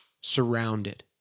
surrounded